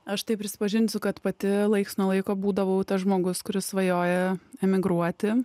aš tai prisipažinsiu kad pati laiks nuo laiko būdavau tas žmogus kuris svajoja emigruoti